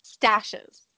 stashes